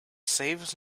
saves